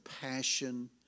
passion